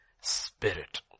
Spirit